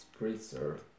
Spritzer